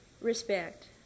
respect